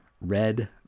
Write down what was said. red